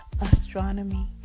astronomy